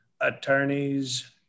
attorneys